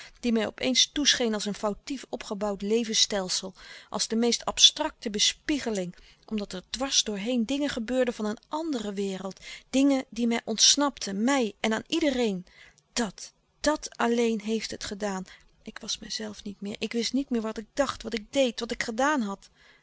die mij op eens toescheen als een foutief opgebouwd levensstelsel als de meest abstracte bespiegeling omdat er dwars door heen dingen gebeurden van een andere wereld dingen die mij ontsnapten mij en aan iedereen dat dat alleen heeft het louis couperus de stille kracht gedaan ik was mezelf niet meer ik wist niet meer wat ik dacht wat ik deed wat ik gedaan had